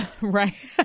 Right